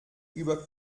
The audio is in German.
über